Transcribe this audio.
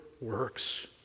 works